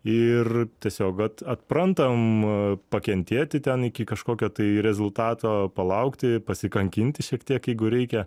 ir tiesiog at atprantam pakentėti ten iki kažkokio tai rezultato palaukti pasikankinti šiek tiek jeigu reikia